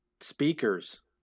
speakers